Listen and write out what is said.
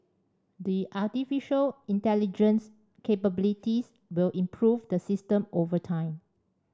the artificial intelligence capabilities will improve the system over time